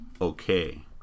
Okay